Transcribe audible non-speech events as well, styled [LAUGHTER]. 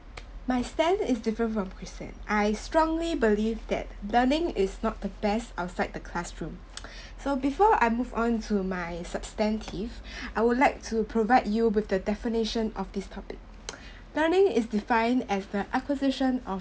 my stand is different from Kristen I strongly believe that learning is not the best outside the classroom [BREATH] so before I move on to my substantive [BREATH] I would like to provide you with the definition of this topic [NOISE] learning is defined as the acquisition of